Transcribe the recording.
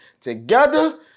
Together